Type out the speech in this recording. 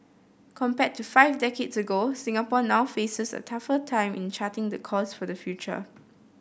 compared to five decades ago Singapore now faces a tougher time in charting the course for the future